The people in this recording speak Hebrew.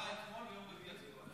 הגיעה אתמול, וביום רביעי ידונו על זה.